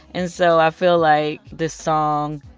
and so i feel like this song,